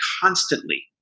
constantly